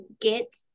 get